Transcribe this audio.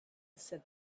said